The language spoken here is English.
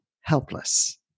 helpless